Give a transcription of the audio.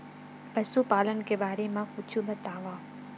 पशुपालन के बारे मा कुछु बतावव?